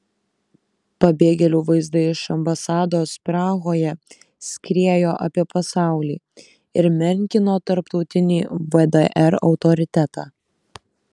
pabėgėlių vaizdai iš ambasados prahoje skriejo apie pasaulį ir menkino tarptautinį vdr autoritetą